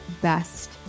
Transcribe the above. best